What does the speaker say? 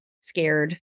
scared